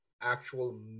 actual